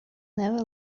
never